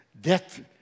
death